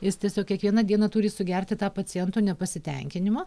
jis tiesiog kiekvieną dieną turi sugerti tą paciento nepasitenkinimą